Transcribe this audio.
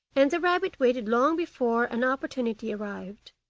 and the rabbit waited long before an opportunity arrived.